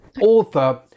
author